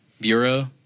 bureau